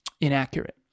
Inaccurate